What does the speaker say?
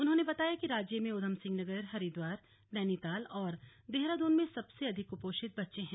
उन्होंने बताया कि राज्य में ऊधमसिंह नगर हरिद्वार नैनीताल और देहरादून में सबसे अधिक कुपोषित बच्चे हैं